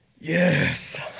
yes